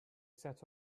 set